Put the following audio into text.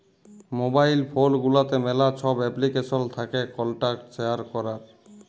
mobile phone গুলাতে ম্যালা ছব এপ্লিকেশল থ্যাকে কল্টাক্ট শেয়ার ক্যরার